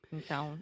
Então